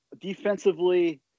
defensively